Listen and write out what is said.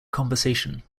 conversation